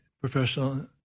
professional